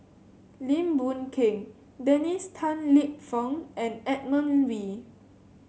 Lim Boon Keng Dennis Tan Lip Fong and Edmund Wee